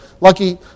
lucky